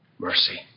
mercy